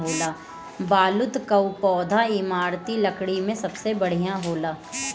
बलूत कअ पौधा इमारती लकड़ी में सबसे बढ़िया होला